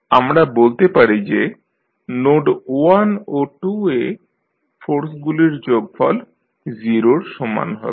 আমরা বলতে পারি যে নোড 1 ও 2 এ ফোর্সগুলির যোগফল 0 র সমান হবে